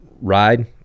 ride